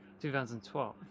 2012